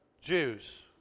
Jews